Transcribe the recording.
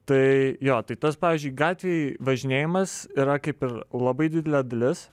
tai jo tai tas pavyzdžiui gatvėj važinėjimas yra kaip ir labai didelė dalis